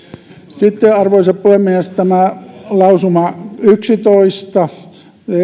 sitten arvoisa puhemies lausuma yksitoista